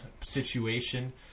situation